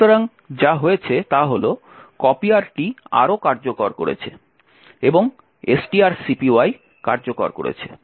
সুতরাং যা হয়েছে তা হল কপিয়ারটি আরও কার্যকর করেছে strcpy কার্যকর করেছে